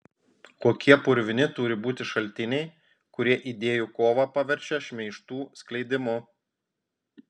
kokie purvini turi būti šaltiniai kurie idėjų kovą paverčia šmeižtų skleidimu